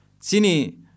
Sini